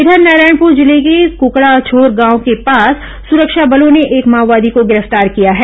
इधर नारायणपुर जिले के कुकड़ाझोर गांव के पास सुरक्षा बलों ने एक माओवादी को गिरफ्तार किया है